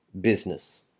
business